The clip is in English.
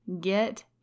get